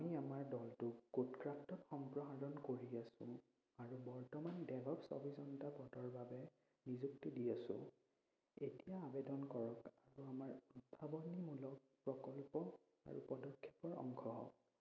আমি আমাৰ দলটোক কোডক্ৰাফ্টত সম্প্ৰসাৰণ কৰি আছোঁ আৰু বৰ্তমান ডেভঅ 'প্ছ অভিযন্তা পদৰ বাবে নিযুক্তি দি আছোঁ এতিয়া আবেদন কৰক আৰু আমাৰ উদ্ভাৱনীমূলক প্ৰকল্প আৰু পদক্ষেপৰ অংশ হওক